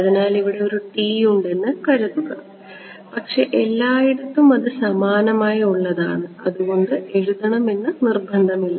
അതിനാൽ ഇവിടെ ഒരു t ഉണ്ടെന്ന് കരുതുക പക്ഷേ എല്ലായിടത്തും അത് സമാനമായി ഉള്ളതാണ് അതുകൊണ്ട് എഴുതണം എന്ന് നിർബന്ധമില്ല